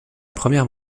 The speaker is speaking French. première